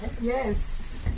Yes